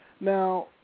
Now